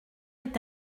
est